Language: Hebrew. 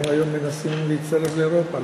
הם היום מנסים להצטרף לאירופה,